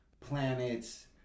planets